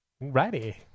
righty